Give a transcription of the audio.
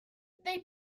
they